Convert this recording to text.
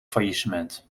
faillissement